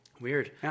Weird